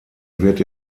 wird